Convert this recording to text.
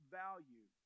value